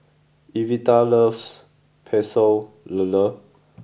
Evita loves Pecel Lele